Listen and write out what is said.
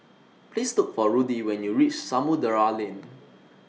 Please Look For Rudy when YOU REACH Samudera Lane